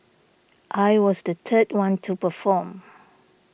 I was the third one to perform